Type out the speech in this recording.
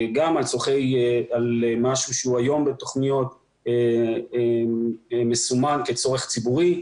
גם על משהו שהוא היום בתוכניות מסומן כצורך ציבורי.